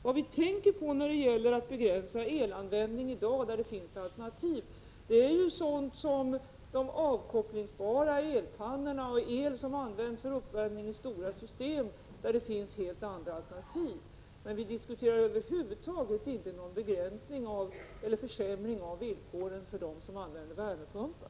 Vad vi tänker på när det gäller att begränsa elanvändningen är de alternativ som finns, t.ex. de avkopplingsbara elpannorna och el som används för uppvärmning i stora system. Vi diskuterar över huvud taget inte någon begränsning eller försämring av villkoren för dem som använder värmepumpar.